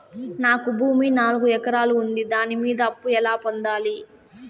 నాకు భూమి నాలుగు ఎకరాలు ఉంది దాని మీద అప్పు ఎలా పొందాలి?